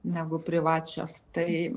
negu privačios tai